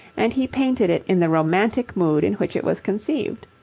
and he painted it in the romantic mood in which it was conceived.